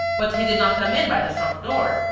but he did not come in by the front door.